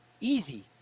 Easy